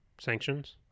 Sanctions